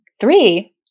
Three